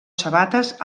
sabates